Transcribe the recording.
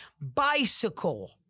Bicycle